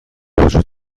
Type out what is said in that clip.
وجود